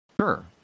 Sure